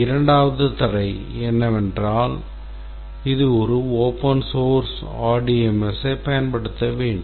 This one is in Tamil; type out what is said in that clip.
இரண்டாவது தடை என்னவென்றால் இது ஒரு open source RDBMS ஐப் பயன்படுத்த வேண்டும்